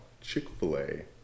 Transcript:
Chick-fil-A